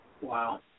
Wow